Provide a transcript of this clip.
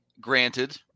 granted